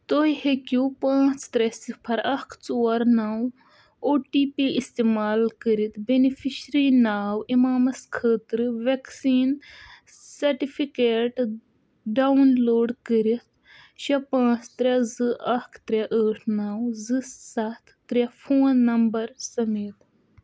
تُہۍ ہیٚکِو پانٛژھ ترٛےٚ صِفر اکھ ژور نو او ٹی پی استعمال کٔرِتھ بینِفیشرِی ناو اِمامس خٲطرٕ ویکسیٖن سرٹِفکیٹ ڈاؤن لوڈ کٔرِتھ شیٚے پانٛژھ ترٛےٚ زٕ اکھ ترٛےٚ ٲٹھ نو زٕ سَتھ ترٛےٚ فون نمبر سمیت